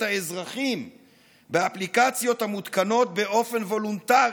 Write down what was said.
האזרחים באפליקציות המותקנות באופן וולונטרי,